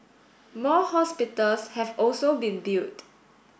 more hospitals have also been built